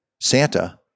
Santa